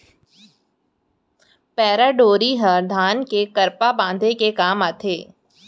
पैरा डोरी ह धान के करपा बांधे के काम आथे